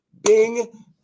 bing